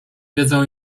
wiedzą